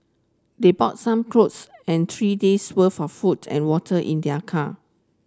they bought some clothes and three days' worth of food and water in their car